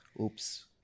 oops